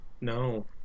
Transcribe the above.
No